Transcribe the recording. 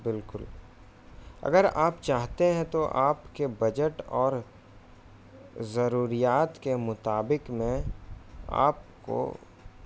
بالکل اگر آپ چاہتے ہیں تو آپ کے بجٹ اور ضروریات کے مطابق میں آپ کو